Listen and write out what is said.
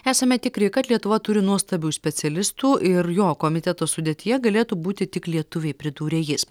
esame tikri kad lietuva turi nuostabių specialistų ir jo komiteto sudėtyje galėtų būti tik lietuviai pridūrė jis